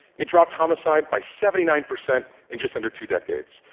it dropped homicide by seventy nine percent in just under two decades.